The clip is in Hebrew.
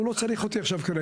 הוא לא צריך אותי כרגע.